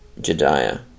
Jediah